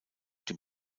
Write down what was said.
dem